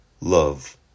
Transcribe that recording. love